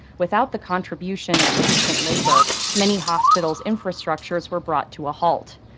without the contribution of patient labor, many hospitals' infrastructures were brought to a halt.